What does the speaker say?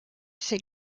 ses